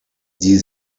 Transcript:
die